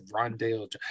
Rondale